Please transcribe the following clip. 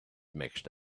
mixed